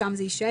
שם זה יישאר.